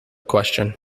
question